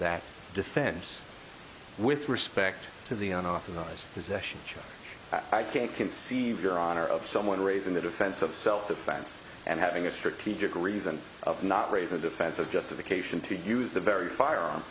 that defense with respect to the unauthorized possession i can't conceive your honor of someone raising the defense of self defense and having a strategic reason not raise a defense of justification to use the very firearm